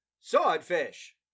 Swordfish